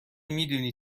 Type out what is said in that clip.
میدونی